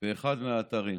באחד מהאתרים.